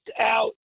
out